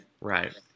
Right